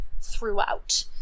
throughout